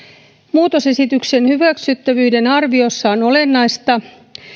muutosesityksen hyväksyttävyyden arviossa on olennaista